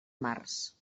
març